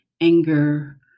anger